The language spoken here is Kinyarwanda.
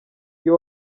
iyo